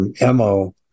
MO